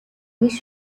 нэг